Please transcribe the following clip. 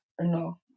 No